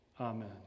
Amen